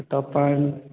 તો પણ